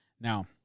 Now